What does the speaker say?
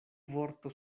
vorto